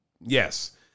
Yes